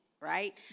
right